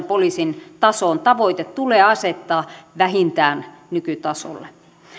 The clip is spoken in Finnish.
poliisin tasoon tavoite tulee asettaa vähintään nykytasolle